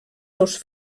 seus